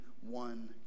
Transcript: one